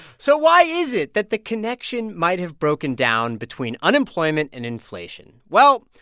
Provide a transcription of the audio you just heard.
so why is it that the connection might have broken down between unemployment and inflation? well,